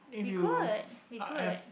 we could we could